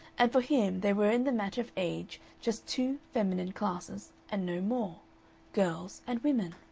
and for him there were in the matter of age just two feminine classes and no more girls and women.